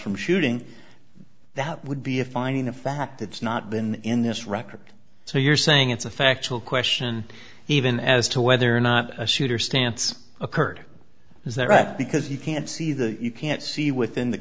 from shooting that would be a finding of fact it's not been in this record so you're saying it's a factual question even as to whether or not a souter stance occurred is that right because you can't see that you can't see within the